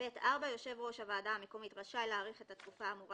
"(ב4)יושב ראש הוועדה המקומית רשאי להאריך את התקופה האמורה